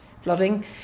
flooding